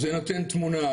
אז זה נותן תמונה.